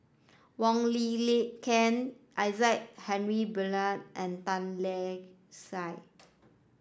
Wong Lin Ken Isaac Henry Burkill and Tan Lark Sye